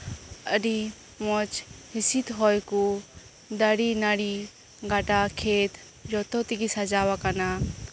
ᱟᱹᱰᱤ ᱢᱚᱸᱡ ᱦᱤᱸᱥᱤᱫ ᱦᱚᱭ ᱠᱚ ᱫᱟᱨᱮ ᱱᱟᱹᱲᱤ ᱜᱟᱰᱟ ᱠᱷᱮᱛ ᱡᱚᱛᱚ ᱛᱮᱜᱮ ᱥᱟᱡᱟᱣ ᱟᱠᱟᱱᱟ